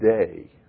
today